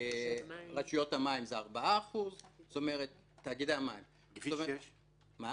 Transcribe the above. תאגידי המים זה 4%. כביש 6?